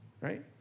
Right